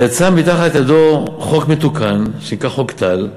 יצא מתחת ידו חוק מתוקן, שנקרא חוק טל.